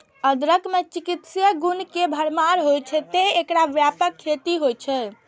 अदरक मे चिकित्सीय गुण के भरमार होइ छै, तें एकर व्यापक खेती होइ छै